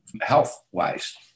health-wise